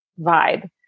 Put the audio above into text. vibe